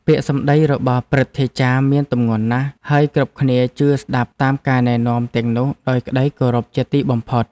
ពាក្យសម្ដីរបស់ព្រឹទ្ធាចារ្យមានទម្ងន់ណាស់ ហើយគ្រប់គ្នាជឿស្ដាប់តាមការណែនាំទាំងនោះដោយក្តីគោរពជាទីបំផុត។